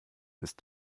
ist